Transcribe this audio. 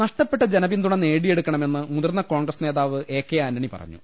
നഷ്ടപ്പെട്ട ജനുപിന്തുണ നേടിയെടുക്കണമെന്ന് മുതിർന്ന കോൺഗ്രസ് നേതാവ് എ കെ ആന്റണി പറഞ്ഞു